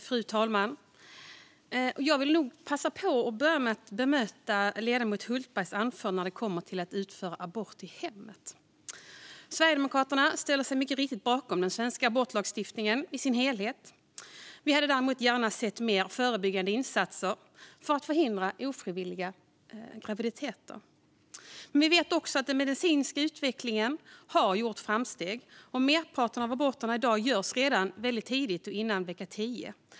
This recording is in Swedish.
Fru talman! Jag vill börja med att passa på att bemöta ledamoten Hultberg när det gäller att utföra abort i hemmet. Sverigedemokraterna ställer sig bakom den svenska abortlagstiftningen i sin helhet. Vi hade däremot gärna sett mer av förebyggande insatser för att förhindra ofrivilliga graviditeter. Vi vet också att den medicinska utvecklingen har gjort framsteg. Merparten av aborterna görs redan väldigt tidigt, före vecka 10.